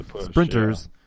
sprinters